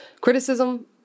criticism